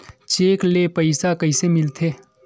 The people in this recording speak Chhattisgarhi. चेक ले पईसा कइसे मिलथे?